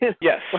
Yes